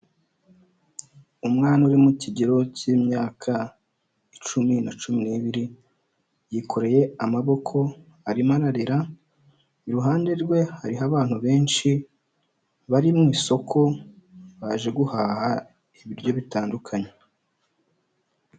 Umwana uri mu kigero cy'imyaka icumi na cumi n'ibiri, yikoreye amaboko arimo ararira, iruhande rwe hariho abantu benshi bari mu isoko, baje guhaha ibiryo bitandukanye.